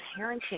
parenting